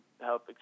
help